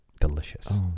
Delicious